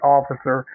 Officer